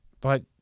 But-